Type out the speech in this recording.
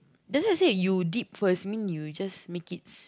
does not say you dip first mean you just make it